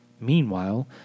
Meanwhile